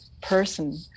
person